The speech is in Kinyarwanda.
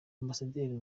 ambasaderi